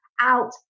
out